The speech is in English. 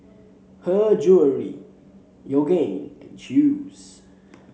Her Jewellery Yoogane and Chew's